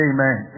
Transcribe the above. Amen